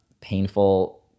painful